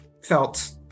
felt